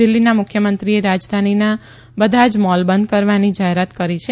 દીલ્હીના મુખ્યમંત્રીએ રાજધાનીના બધા જ મોલ બંધ કરવાની જાહેરાત કરી છે